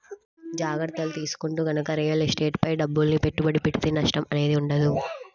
జాగర్తలు తీసుకుంటూ గనక రియల్ ఎస్టేట్ పై డబ్బుల్ని పెట్టుబడి పెడితే నష్టం అనేది ఉండదు